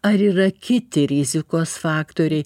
ar yra kiti rizikos faktoriai